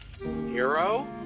Hero